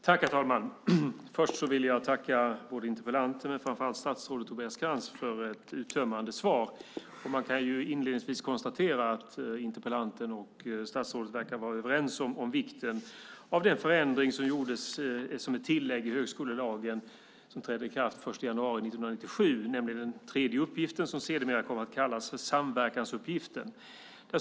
Herr talman! Först vill jag tacka interpellanten men framför allt statsrådet Tobias Krantz för ett uttömmande svar. Jag kan inledningsvis konstatera att interpellanten och statsrådet verkar vara överens om vikten av den förändring som gjordes som ett tillägg i högskolelagen och trädde i kraft den 1 januari 1997, nämligen den tredje uppgiften, som sedermera kom att kallas samverkansuppgiften.